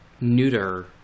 neuter